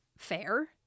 fair